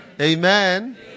Amen